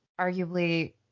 arguably